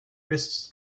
wrists